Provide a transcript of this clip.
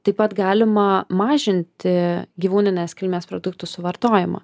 taip pat galima mažinti gyvūninės kilmės produktų suvartojimą